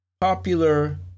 Popular